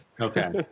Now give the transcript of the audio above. Okay